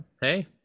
hey